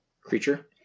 creature